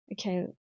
okay